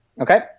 Okay